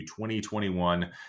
2021